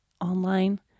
online